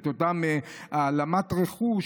את אותה העלמת רכוש,